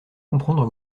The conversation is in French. comprendre